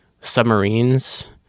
submarines